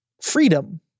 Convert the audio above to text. freedom